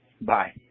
bye